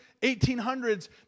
1800s